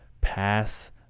pass